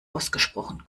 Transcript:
ausgesprochen